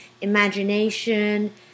imagination